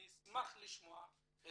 אני אשמח לשמוע הסבר.